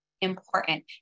important